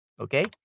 Okay